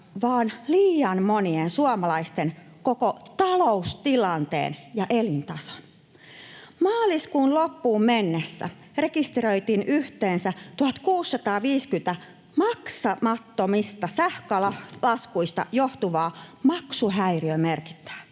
vaan liian monien suomalaisten koko taloustilanteen ja elintason. Maaliskuun loppuun mennessä rekisteröitiin yhteensä 1 650 maksamattomista sähkölaskuista johtuvaa maksuhäiriömerkintää